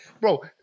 bro